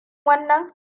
wannan